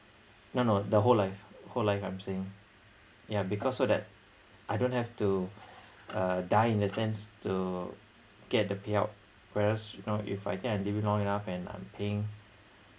no no the whole life whole life I'm saying yeah because so that I don't have to uh die in a sense to get the payout whereas you know if I think I live long enough and I'm paying